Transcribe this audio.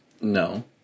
No